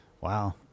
Wow